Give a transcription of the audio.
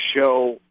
show